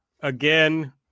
again